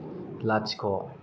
लाथिख'